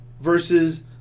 versus